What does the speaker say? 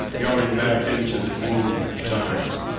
going back into the womb of time.